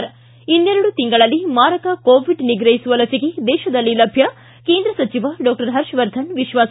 ಿ ಇನ್ನೆರಡು ತಿಂಗಳಲ್ಲಿ ಮಾರಕ ಕೋವಿಡ್ ನಿಗ್ರಹಿಸುವ ಲಸಿಕೆ ದೇಶದಲ್ಲಿ ಲಭ್ಯ ಕೇಂದ್ರ ಸಚಿವ ಡಾಕ್ಟರ್ ಹರ್ಷವರ್ಧನ್ ವಿಶ್ವಾಸ